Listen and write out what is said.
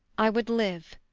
i would live,